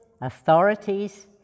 authorities